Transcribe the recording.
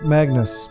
Magnus